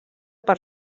per